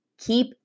Keep